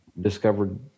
discovered